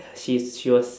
she's she was